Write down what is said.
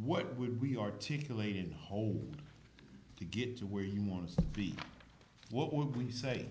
what would be articulated hold to get to where you want to be what would we say